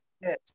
Yes